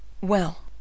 Well